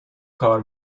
کار